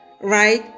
right